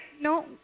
no